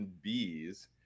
bees